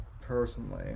personally